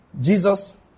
Jesus